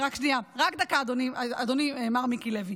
להתוות מדיניות, רק דקה, אדוני, מר מיקי לוי.